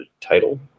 title